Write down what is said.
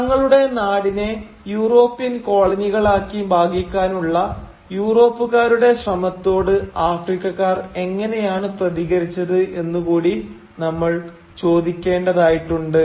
തങ്ങളുടെ നാടിനെ യൂറോപ്യൻ കോളനികളാക്കി ഭാഗിക്കാനുള്ള യൂറോപ്പുകരുടെ ശ്രമത്തോട് ആഫ്രിക്കക്കാർ എങ്ങനെയാണു പ്രതികരിച്ചത് എന്ന് കൂടി നമ്മൾ ചോദിക്കേണ്ടതായിട്ടുണ്ട്